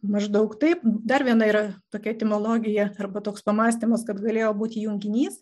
maždaug taip dar viena yra tokia etimologija arba toks pamąstymas kad galėjo būti junginys